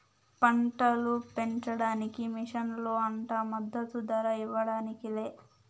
పంటలు పెంచడానికి మిషన్లు అంట మద్దదు ధర ఇవ్వడానికి లే